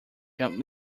jump